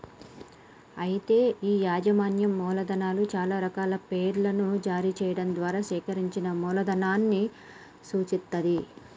అయితే ఈ యాజమాన్యం మూలధనం చాలా రకాల పేర్లను జారీ చేయడం ద్వారా సేకరించిన మూలధనాన్ని సూచిత్తది